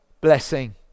blessing